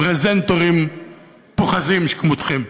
פרזנטורים פוחזים שכמותכם.